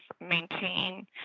maintain